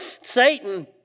Satan